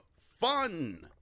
fun